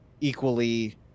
equally